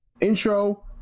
intro